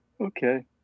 Okay